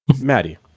Maddie